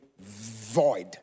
void